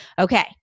Okay